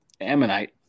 ammonite